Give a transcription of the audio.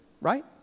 Right